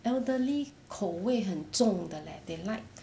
elderly 口味很重的 leh they like